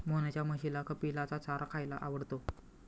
मोहनच्या म्हशीला कपिलाचा चारा खायला आवडतो